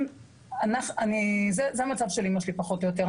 ובעצם, זה המצב של אמא שלי פחות או יותר.